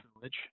village